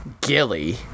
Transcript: Gilly